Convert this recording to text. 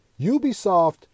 Ubisoft